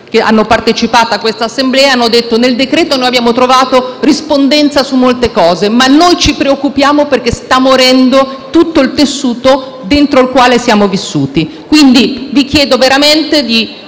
che hanno partecipato a questa assemblea, hanno detto che nel decreto hanno trovato rispondenza su molte cose ma che si preoccupano perché sta morendo tutto il tessuto dentro il quale sono vissuti. Vi chiedo quindi veramente di